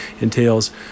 entails